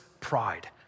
pride